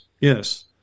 Yes